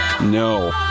No